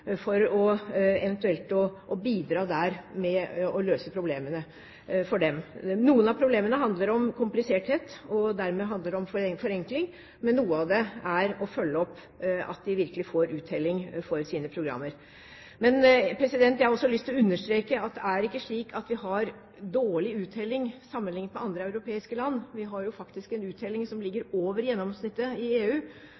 for eventuelt å bidra med å løse problemene for dem. Noen av problemene handler om kompliserthet, og dermed handler det om forenkling. Men noe av dette gjelder å følge opp at de virkelig får uttelling for sine programmer. Jeg har også lyst til å understreke at det er ikke slik at vi har dårlig uttelling sammenliknet med andre europeiske land. Vi har jo faktisk en uttelling som ligger